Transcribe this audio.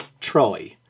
Troy